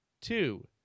Two